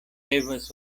devas